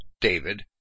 David